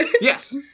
Yes